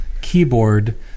keyboard